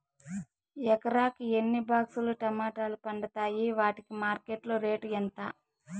ఎకరాకి ఎన్ని బాక్స్ లు టమోటాలు పండుతాయి వాటికి మార్కెట్లో రేటు ఎంత?